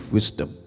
Wisdom